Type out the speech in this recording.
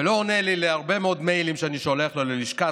הוא לא עונה לי על הרבה מאוד מיילים שאני שולח לו ללשכה,